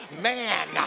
Man